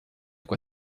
quoi